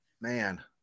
man